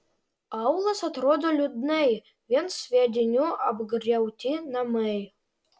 aūlas atrodo liūdnai vien sviedinių apgriauti namai